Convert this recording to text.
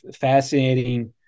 fascinating